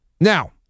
Now